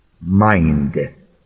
mind